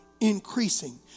increasing